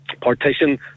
partition